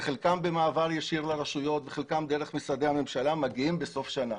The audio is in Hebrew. וחלקם במעבר ישיר לרשויות וחלקם דרך משרדי הממשלה מגיעים בסוף השנה.